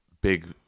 big